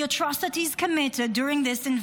The atrocities committed during this invasion